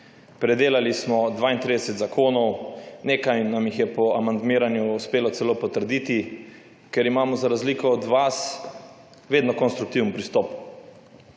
Predelali smo 32 zakonov, nekaj nam jih je po amandmiranju uspelo celo potrditi, ker imamo za razliko od vas vedno konstruktiven pristop.